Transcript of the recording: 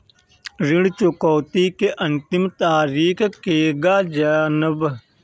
ऋण चुकौती के अंतिम तारीख केगा जानब?